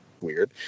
weird